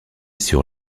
sur